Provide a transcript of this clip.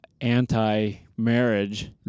anti-marriage